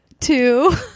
Two